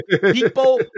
people